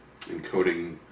encoding